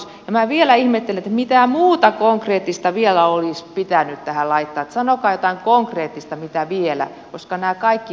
ja minä vielä ihmettelen mitä muuta konkreettista vielä olisi pitänyt tähän laittaa sanokaa jotain konkreettista mitä vielä koska nämä kaikki on jo tehty